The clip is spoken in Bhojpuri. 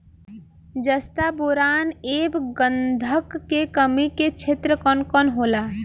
जस्ता बोरान ऐब गंधक के कमी के क्षेत्र कौन कौनहोला?